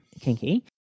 kinky